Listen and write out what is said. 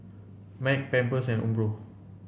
Mac Pampers and Umbro